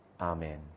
Amen